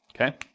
Okay